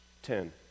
Ten